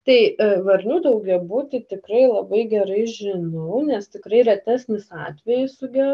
tai varnių daugiabutyje tikrai labai gerai žinau nes tikrai retesnis atvejis su geo